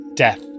death